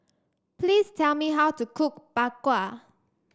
please tell me how to cook Bak Kwa